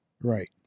Right